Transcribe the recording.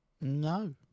No